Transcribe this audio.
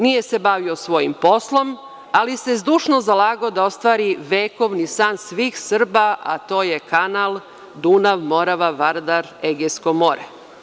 Nije se bavio svojim poslom, ali se zdušno zalagao da ostvari vekovni san svih Srba, a to je Kanal Dunav-Morava-Vardar-Egejsko more.